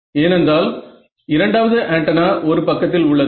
என்றால் இரண்டாவது ஆண்டெனா ஒரு பக்கத்தில் உள்ளது